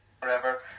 forever